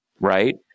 right